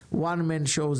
זה one man show,